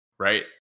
right